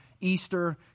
Easter